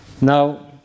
Now